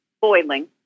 boiling